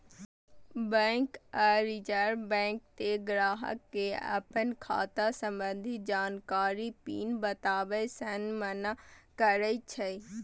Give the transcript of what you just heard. bank आ reserve bank तें ग्राहक कें अपन खाता संबंधी जानकारी, पिन बताबै सं मना करै छै